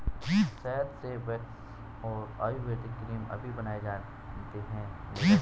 शहद से वैक्स और आयुर्वेदिक क्रीम अभी बनाए जाते हैं नीरज